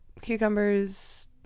cucumbers